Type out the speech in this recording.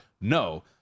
No